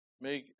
Make